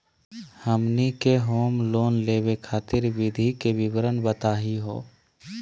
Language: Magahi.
हमनी के होम लोन लेवे खातीर विधि के विवरण बताही हो?